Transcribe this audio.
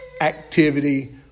activity